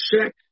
check